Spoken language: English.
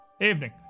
Evening